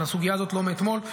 לסוגיה הזאת, לא מאתמול.